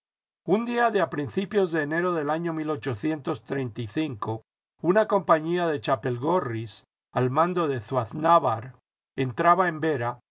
un día de a principios de enero del año una compañía de chapelgorris al mando de zuaznavar entraba en vera